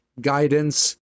guidance